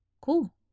Cool